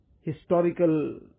historical